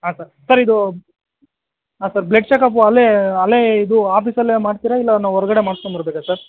ಹಾಂ sir sir ಇದು ಹಾಂ ಸರ್ ಬ್ಲಡ್ ಚಕಪು ಅಲ್ಲೇ ಅಲ್ಲೇ ಇದು ಆಫೀಸಲ್ಲೇ ಮಾಡ್ತೀರಾ ಇಲ್ಲ ನಾವು ಹೊರ್ಗಡೆ ಮಾಡ್ಸ್ಕೊಂಬರಬೇಕ ಸರ್